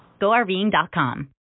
GoRVing.com